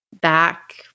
back